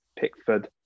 Pickford